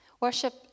Worship